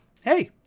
hey